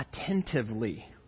attentively